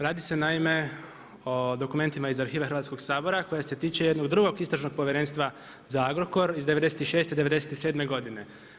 Radi se naime, o dokumentima iz arhive Hrvatskog sabora, koja se tiče jednog drugog istražnog povjerenstva za Agrokor iz '96., '97. godine.